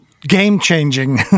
game-changing